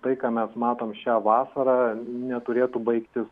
tai ką mes matom šią vasarą neturėtų baigtis